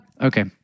Okay